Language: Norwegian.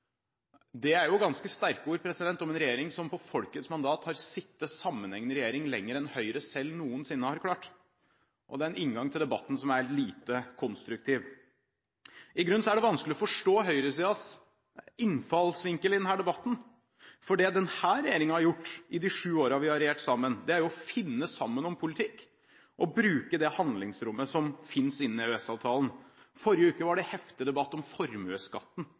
Det er jo ganske sterke ord om en regjering som på folkets mandat har sittet sammenhengende lenger enn Høyre selv noensinne har klart, og det er en inngang til debatten som er lite konstruktiv. I grunnen er det vanskelig å forstå høyresidens innfallsvinkel i denne debatten, for det denne regjeringen har gjort i de sju årene vi har regjert sammen, er jo å finne sammen om politikk og bruke det handlingsrommet som finnes innen EØS-avtalen. Forrige uke var det heftig debatt om formuesskatten